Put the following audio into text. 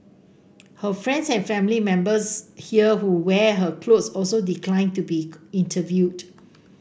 her friends and family members here who wear her clothes also declined to be interviewed